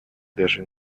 даже